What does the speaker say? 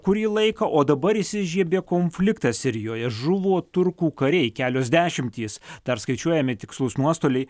kurį laiką o dabar įsižiebė konfliktas sirijoje žuvo turkų kariai kelios dešimtys dar skaičiuojami tikslūs nuostoliai